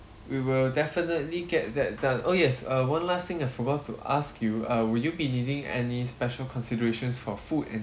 we will definitely get that done oh yes uh one last thing I forgot to ask you uh will you be needing any special considerations for food and